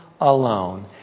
alone